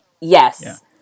yes